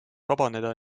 vabaneda